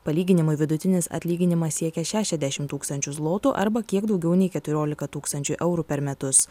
palyginimui vidutinis atlyginimas siekia šešiasdešim tūkstančių zlotų arba kiek daugiau nei keturiolika tūkstančių eurų per metus